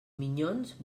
minyons